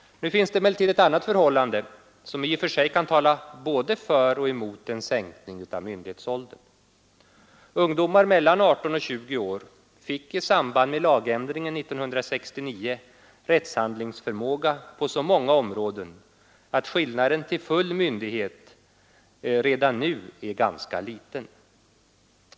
Nu finns det emellertid ett annat förhållande, som i och för sig kan tala både för och emot en sänkning av myndighetsåldern. Ungdomar mellan 18 och 20 år fick i samband med lagändringen 1969 rättshandlingsförmåga på så många områden att skillnaden i förhållande till fullständig myndighet redan nu är ganska liten.